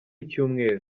icyumweru